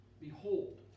behold